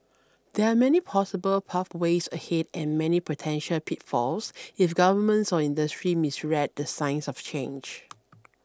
there are many possible pathways ahead and many potential pitfalls if governments or industry misread the signs of change